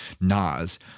Nas